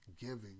giving